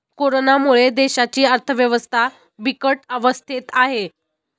कोरोनामुळे देशाची अर्थव्यवस्था बिकट अवस्थेत आहे